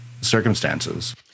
circumstances